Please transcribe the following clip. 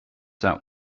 sat